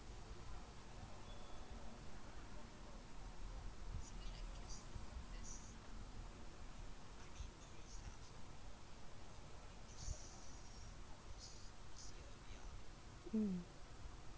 mm